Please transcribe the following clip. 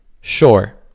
Sure